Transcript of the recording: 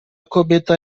kobieta